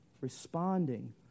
Responding